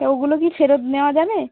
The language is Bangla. ওগুলো কি ফেরত নেওয়া যাবে